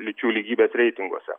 lyčių lygybės reitinguose